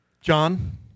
John